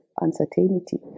uncertainty